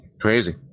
Crazy